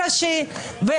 מה שאתה עושה זה פוטש, פוטש